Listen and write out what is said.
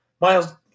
Miles